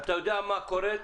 אתה יודע מה קורה,